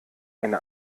eine